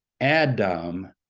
Adam